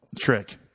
trick